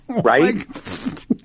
Right